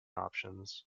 options